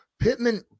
Pittman